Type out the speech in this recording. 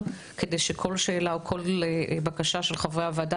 כדי שכל שאלה או כל בקשה של חברי הוועדה,